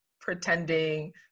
pretending